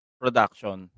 production